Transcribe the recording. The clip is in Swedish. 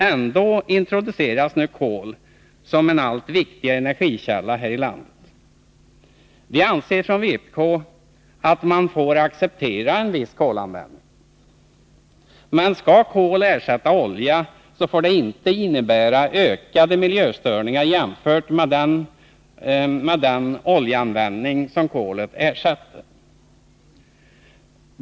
Ändå introduceras nu kol som en allt viktigare energikälla här i landet. Vi anser från vpk att man får acceptera en viss kolanvändning. Men skall kol ersätta olja får det inte innebära ökade miljöstörningar jämfört med den oljeanvändning som kolet ersätter.